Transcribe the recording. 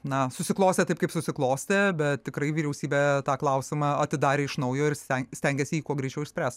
na susiklostė taip kaip susiklostė bet tikrai vyriausybė tą klausimą atidarė iš naujo ir stengiasi jį kuo greičiau išspręst